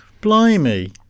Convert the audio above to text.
blimey